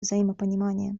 взаимопонимания